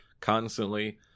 constantly